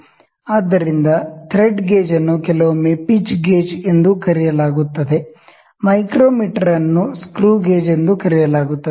ಆದ್ದರಿಂದ thread gauge ಅನ್ನು ಕೆಲವೊಮ್ಮೆ ಪಿಚ್ ಗೇಜ್ ಎಂದೂ ಕರೆಯಲಾಗುತ್ತದೆ ಮೈಕ್ರೊಮೀಟರ್ ಅನ್ನು ಸ್ಕ್ರೂ ಗೇಜ್ ಎಂದೂ ಕರೆಯಲಾಗುತ್ತದೆ